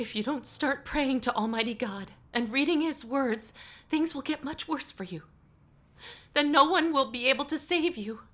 if you don't start praying to almighty god and reading his words things will get much worse for you then no one will be able to save you